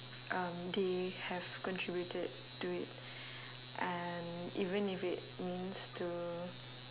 um they have contributed to it and even if it means to